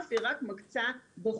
בסוף היא רק מקצה בוחן.